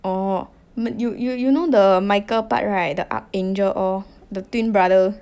orh you you you know the michael part right the archangel all the twin brother